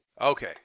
okay